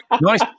nice